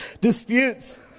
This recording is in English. Disputes